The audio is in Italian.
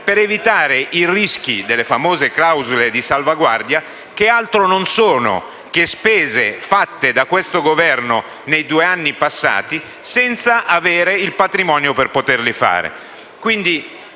per evitare i rischi delle famose clausole di salvaguardia, che altro non sono che spese fatte da questo Governo nei due anni passati senza avere il patrimonio per poterle fare.